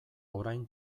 orain